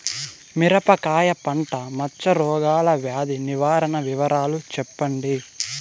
మిరపకాయ పంట మచ్చ రోగాల వ్యాధి నివారణ వివరాలు చెప్పండి?